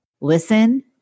listen